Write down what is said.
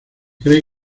cree